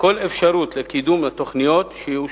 כל אפשרות לקידום התוכניות שיאושרו.